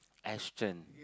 Aston